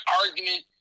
argument